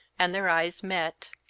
and their eyes met.